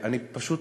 אני פשוט